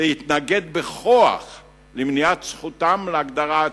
"להתנגד בכוח למניעת זכותם להגדרה עצמית".